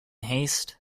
haste